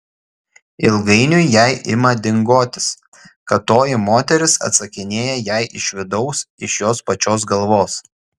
ilgainiui jai ima dingotis kad toji moteris atsakinėja jai iš vidaus iš jos pačios galvos